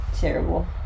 Terrible